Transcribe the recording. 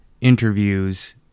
interviews